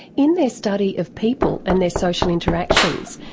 in their study of people and their social interactions,